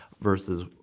versus